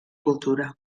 cultura